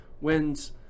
wins